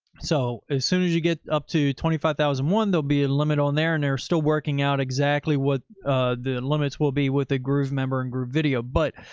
so as soon as you get up to twenty five thousand and one, there'll be a limit on there and they're still working out exactly what the limits will be with a groovemember and groovevideo. but